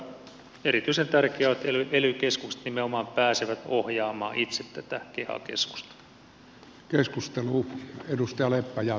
mutta erityisen tärkeää on että ely keskukset nimenomaan pääsevät ohjaamaan itse tätä keha keskusta